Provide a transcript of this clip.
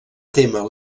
témer